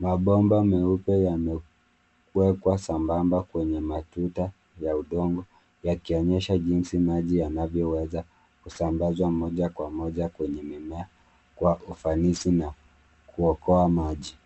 Mabomba meupe yamewekwa sambamba kwenye matuta ya udongo yakionyesha jinsi maji yanavyoweza kusambazwa moja kwa moja kwenye mimea kwa ufanisi na kuokoa maji.